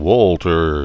Walter